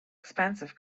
expensive